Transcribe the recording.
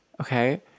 okay